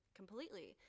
completely